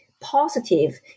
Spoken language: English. positive